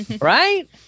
right